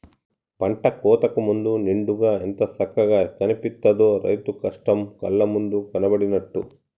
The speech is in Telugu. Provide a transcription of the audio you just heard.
పంట కోతకు ముందు నిండుగా ఎంత సక్కగా కనిపిత్తదో, రైతు కష్టం కళ్ళ ముందు కనబడినట్టు